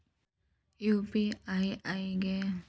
UPI ID ಗೆ validity ಇರತದ ಏನ್ರಿ?